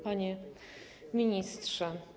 Panie Ministrze!